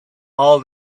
all